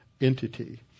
entity